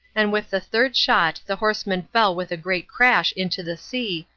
and with the third shot the horseman fell with a great crash into the sea,